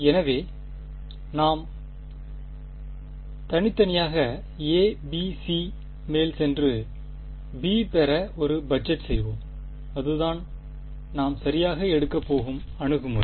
எனவே நாம் தனித்தனியாக a b c மேல் சென்று b பெற ஒரு பட்ஜெட் செய்வோம் அதுதான் நாம் சரியாக எடுக்கப் போகும் அணுகுமுறை